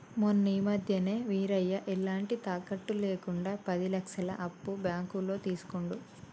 మొన్న ఈ మధ్యనే వీరయ్య ఎలాంటి తాకట్టు లేకుండా పది లక్షల అప్పు బ్యాంకులో తీసుకుండు